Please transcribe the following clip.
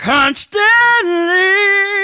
Constantly